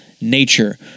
nature